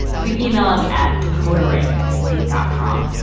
you can email us at decoder ring at slate dot com.